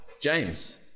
james